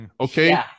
Okay